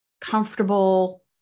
comfortable